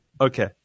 Okay